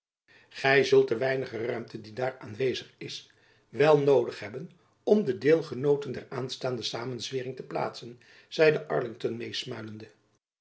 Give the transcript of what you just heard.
zult de weinige ruimte die daar aanwezig is wel noodig hebben om de deelgenooten der aanstaande samenzwering te plaatsen zeide arlington meesmuilende